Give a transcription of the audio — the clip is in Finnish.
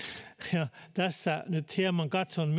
tässä nyt hieman katson